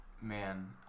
Man